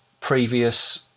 previous